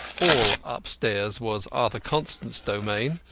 all upstairs was arthur constant's domain,